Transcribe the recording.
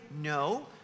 No